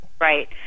right